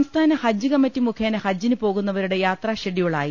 സംസ്ഥാന ഹജ്ജ് കമ്മിറ്റി മുഖേന ഹജ്ജിന് പോകുന്നവരുടെ യാത്രാ ഷെഡ്യൂളായി